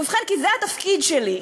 ובכן, כי זה התפקיד שלי,